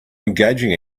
engaging